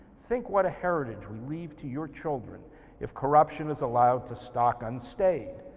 think what a heritage we leave to your children if corruption is allowed to stock unstayed.